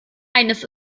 eines